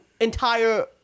entire